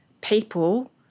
people